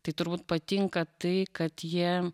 tai turbūt patinka tai kad jie